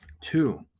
Two